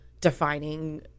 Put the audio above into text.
defining